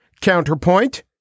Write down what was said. Counterpoint